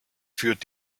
führt